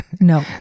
No